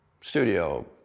Studio